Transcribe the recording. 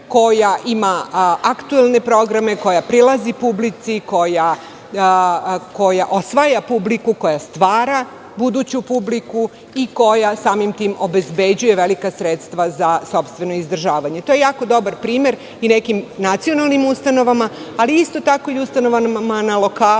koja ima aktuelne programe, koja prilazi publici, koja osvaja publiku, koja stvara buduću publiku i koja samim tim obezbeđuje velika sredstva za sopstveno izdržavanje. To je jako dobar primer i nekim nacionalnim ustanovama, ali isto tako i ustanovama na lokalu